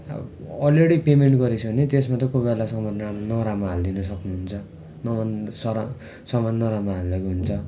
अब already payment गरेको छ भने त्यसमा त कोही बेला सामान राम् नराम्रो हालिदिनु सक्नुहुन्छ न सामान सामान नराम्रो हालिदिएको हुन्छ